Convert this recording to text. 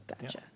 Gotcha